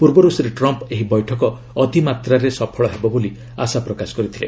ପୂର୍ବରୁ ଶ୍ରୀ ଟ୍ରମ୍ପ୍ ଏହି ବୈଠକ ଅତିମାତ୍ରାରେ ସଫଳ ହେବ ବୋଲି ଆଶା ପ୍ରକାଶ କରିଥିଲେ